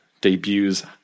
debuts